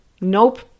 nope